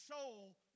soul